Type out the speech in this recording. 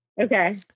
Okay